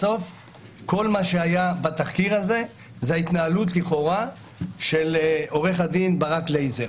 כל מה שהיה בתחקיר הזה זו התנהלות לכאורה של עו"ד ברק לייזר.